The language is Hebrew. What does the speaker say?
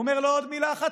הוא אומר לו: עוד מילה אחת,